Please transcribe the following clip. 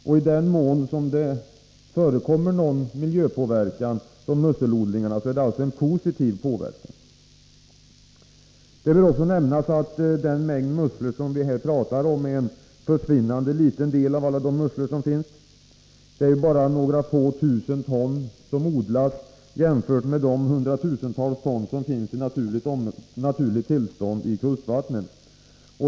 I den mån som det förekommer någon miljöpåverkan från musselodlingarna är det alltså en positiv påverkan. Det bör också nämnas att den mängd musslor som vi här pratar om är en försvinnande liten del av alla de musslor som finns. Det är ju bara några få tusen ton som odlas jämfört med de hundratusentals ton som finns i naturligt tillstånd i kustvattnen.